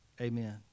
amen